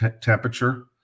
temperature